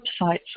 websites